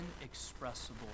inexpressible